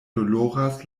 doloras